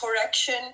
correction